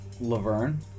Laverne